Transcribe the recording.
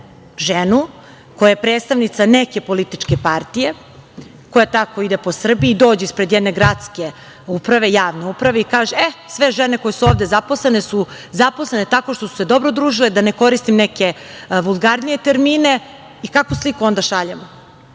ženu koja je predstavnika neke političke partije, koja tako ide po Srbiji, dođe ispred jedne gradske uprave, javne uprave i kaže – e, sve žene koje su ovde zaposlene su zaposlene tako što su se dobro udružile, da ne koristim neke vulgarnije termine. I kakvu sliku onda šaljemo?